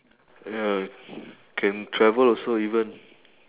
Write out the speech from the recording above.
ya can travel also even